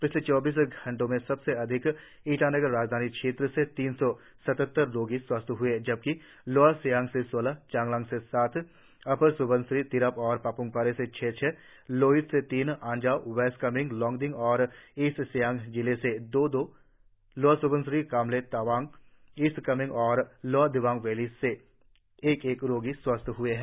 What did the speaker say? पिछले चौबीस घंटों में सबसे अधिक ईटानगर राजधानी क्षेत्र से तीन सौ सतहत्तर रोगी स्वस्थ हए जबकि लोअर सियांग में सोलह चांगलांग में सात अपर स्बनसिरी तिरप और पाप्मपारे में छह छह लोहित में तीन अंजाव वेस्ट कामेंग लोंगडिंग और ईस्ट सियांग में दो दो लोअर स्बनसिरी कामले तवांग ईस्ट कामेंग और लोअर दिबांग वैली जिले में एक एक रोगी स्वस्थ हए है